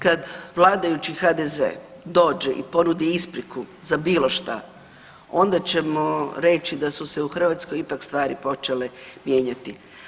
Kad vladajući HDZ dođe i ponudi ispriku za bilo šta, onda ćemo reći da su se u Hrvatskoj ipak stvari počele mijenjati.